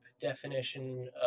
definition